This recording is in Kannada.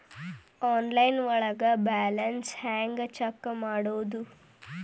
ಆನ್ಲೈನ್ ಒಳಗೆ ಬ್ಯಾಲೆನ್ಸ್ ಹ್ಯಾಂಗ ಚೆಕ್ ಮಾಡೋದು?